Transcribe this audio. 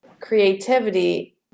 creativity